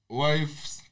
wife's